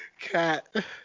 cat